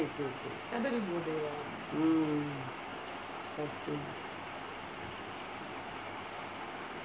mm okay